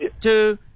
two